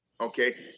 okay